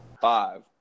Five